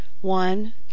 one